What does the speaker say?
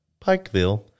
Pikeville